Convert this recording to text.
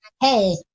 hey